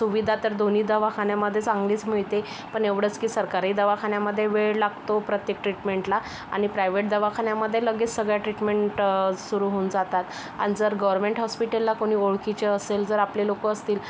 सुविधा तर दोन्ही दवाखान्यामध्ये चांगलीच मिळते पण एवढंच की सरकारी दवाखान्यामध्ये वेळ लागतो प्रत्येक ट्रीटमेंटला आणि प्रायवेट दवाखान्यामध्ये लगेच सगळ्या ट्रीटमेंट सुरु होऊन जातात आणि जर गवरमेन्ट हॉस्पिटलला कुणी ओळखीचे असेल जर आपले लोकं असतील